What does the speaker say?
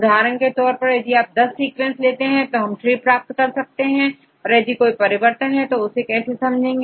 उदाहरण के तौर पर यदि आप10 सीक्वेंसेस देते हैं तो हम tree का निर्माण कर सकते हैं और यदि कोई परिवर्तन है तो उसे कैसे समझेंगे